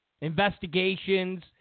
investigations